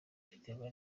biterwa